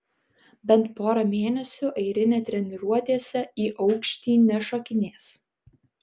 bent pora mėnesių airinė treniruotėse į aukštį nešokinės